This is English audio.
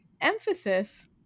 emphasis